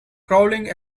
crawling